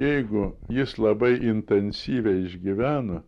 jeigu jis labai intensyviai išgyvena